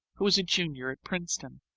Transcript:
who is a junior at princeton.